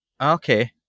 Okay